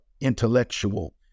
intellectual